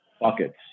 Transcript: buckets